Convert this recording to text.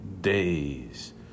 days